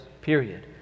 period